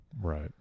Right